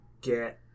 get